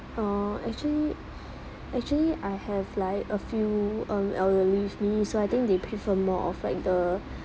oh actually actually I have like a few um elderly with me so I think they prefer more of like the